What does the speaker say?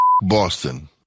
Boston